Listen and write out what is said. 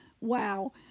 Wow